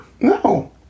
No